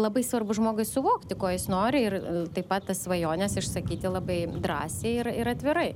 labai svarbu žmogui suvokti ko jis nori ir taip pat tas svajones išsakyti labai drąsiai ir ir atvirai